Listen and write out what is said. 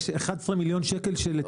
יש 11 מיליון שקל של תכנון.